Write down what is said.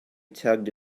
tugged